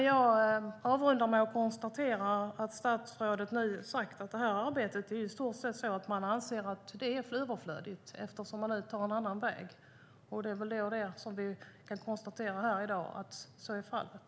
Jag avrundar med att konstatera att statsrådet nu sagt att han anser att det här arbetet i stort sett är överflödigt, eftersom man nu tar en annan väg, vilket vi i dag kan konstatera är fallet.